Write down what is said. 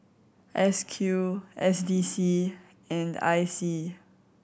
S Q S D C and I C